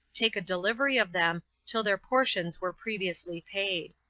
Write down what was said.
take a delivery of them, till their portions were previously paid.